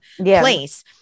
place